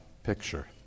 picture